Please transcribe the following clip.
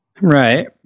Right